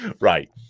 Right